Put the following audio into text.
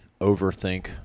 overthink